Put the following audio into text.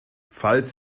falls